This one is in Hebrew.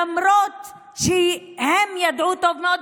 למרות שהם ידעו טוב מאוד,